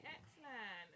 Excellent